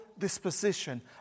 disposition